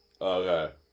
Okay